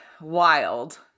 Wild